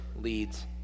leads